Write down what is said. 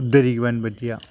ഉദ്ധരിക്കുവാൻ പറ്റിയ